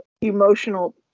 emotional